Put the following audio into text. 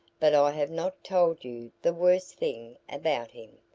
but i have not told you the worst thing about him.